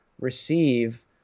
receive